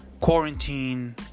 quarantine